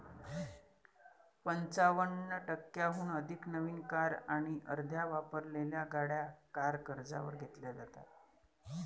पंचावन्न टक्क्यांहून अधिक नवीन कार आणि अर्ध्या वापरलेल्या गाड्या कार कर्जावर घेतल्या जातात